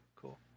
Cool